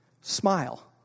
Smile